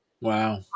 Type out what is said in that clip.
wow